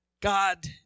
God